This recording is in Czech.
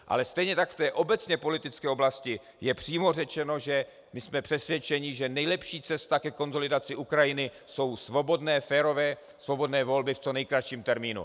Ale stejně tak v té obecně politické oblasti je přímo řečeno, že my jsme přesvědčeni, že nejlepší cesta ke konsolidaci Ukrajiny jsou férové svobodné volby v co nejkratším termínu.